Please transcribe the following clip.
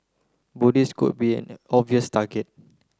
Buddhists could be an obvious target